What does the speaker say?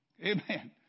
Amen